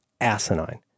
asinine